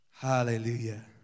Hallelujah